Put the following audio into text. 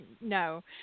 no